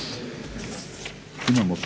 Hvala i vama.